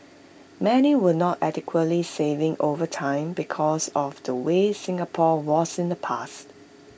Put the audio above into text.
many were not adequately saving over time because of the way Singapore was in the past